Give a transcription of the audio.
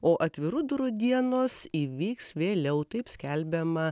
o atvirų durų dienos įvyks vėliau taip skelbiama